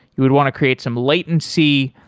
you would want to create some latency,